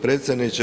predsjedniče.